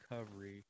recovery